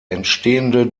entstehende